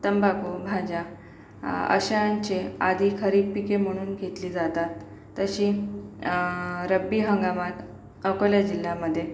तंबाखू भाज्या अशांचे आधी खरीप पिके म्हणून घेतली जातात तशी रब्बी हंगामात अकोल्या जिल्ह्यामध्ये